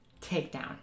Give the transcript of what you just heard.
takedown